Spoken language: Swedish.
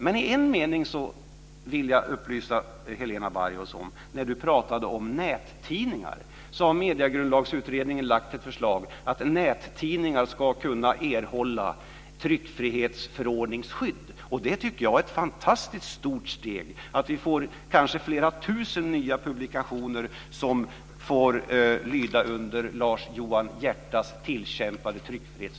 Men i ett avseende vill jag upplysa Helena Bargholtz. Hon pratade om nättidningar. Mediegrundlagsutredningen har lagt fram ett förslag att sådana ska kunna erhålla tryckfrihetsförordningsskydd. Jag tycker att det är ett fantastiskt stort steg att vi får kanske flera tusen nya publikationer som lyder under Lars